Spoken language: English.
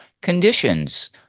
conditions